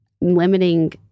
limiting